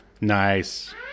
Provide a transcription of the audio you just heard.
Nice